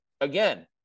again